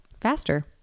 faster